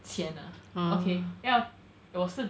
钱 ah okay ya 我是